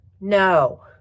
No